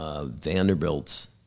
Vanderbilt's